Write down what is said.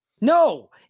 No